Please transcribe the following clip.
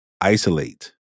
isolate